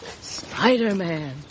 Spider-Man